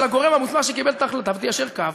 הגורם המוסמך שקיבל את ההחלטה ותיישר קו,